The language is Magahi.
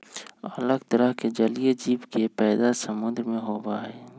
अलग तरह के जलीय जीव के पैदा समुद्र में होबा हई